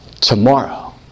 Tomorrow